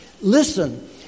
listen